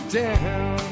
down